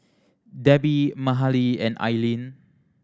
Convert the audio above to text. Debby Mahalie and Ailene